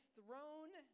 throne